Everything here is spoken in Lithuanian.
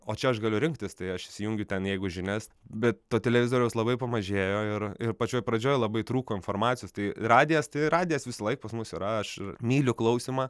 o čia aš galiu rinktis tai aš įsijungiu ten jeigu žinias bet to televizoriaus labai pamažėjo ir ir pačioj pradžioj labai trūko informacijos tai radijas tai radijas visąlaik pas mus yra aš myliu klausymą